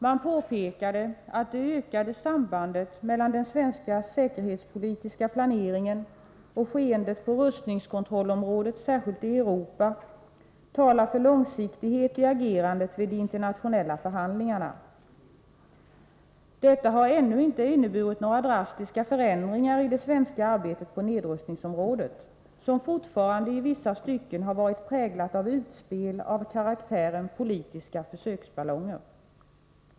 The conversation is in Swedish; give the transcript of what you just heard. Man påpekade att det ökade sambandet mellan den svenska säkerhetspolitiska planeringen och skeendet på rustningskontrollområdet, särskilt i Europa, talar för långsiktighet i agerandet vid de internationella förhandlingarna. Detta har ännu inte inneburit några drastiska förändringar i det svenska arbetet på nedrustningsområdet, utan det har fortfarande i vissa stycken varit präglat av utspel av karaktären politiska försöksballonger.